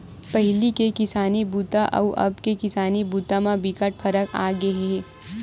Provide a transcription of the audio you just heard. पहिली के किसानी बूता अउ अब के किसानी बूता म बिकट फरक आगे हे